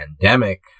pandemic